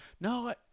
No